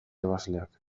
ebasleak